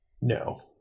no